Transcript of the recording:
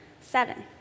seven